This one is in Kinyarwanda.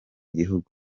gihugu